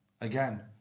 Again